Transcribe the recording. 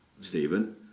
Stephen